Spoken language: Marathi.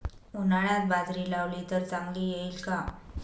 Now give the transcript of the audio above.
उन्हाळ्यात बाजरी लावली तर चांगली येईल का?